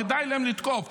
כדאי להם לתקף.